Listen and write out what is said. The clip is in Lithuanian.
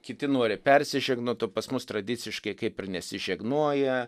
kiti nori persižegnot o pas mus tradiciškai kaip ir nesižegnoja